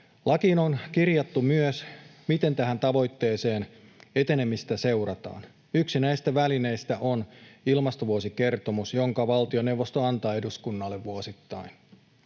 Lakiin on kirjattu myös, miten tähän tavoitteeseen pääsemisen etenemistä seurataan. Yksi näistä välineistä on ilmastovuosikertomus, jonka valtioneuvosto antaa eduskunnalle vuosittain.